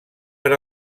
per